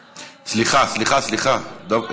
סליחה, סליחה, דב.